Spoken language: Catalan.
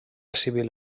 civil